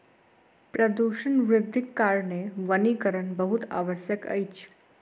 प्रदूषण वृद्धिक कारणेँ वनीकरण बहुत आवश्यक अछि